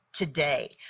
today